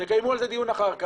תקיימו על זה דיון אחר כך.